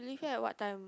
leave here at what time